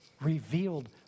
revealed